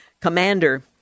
commander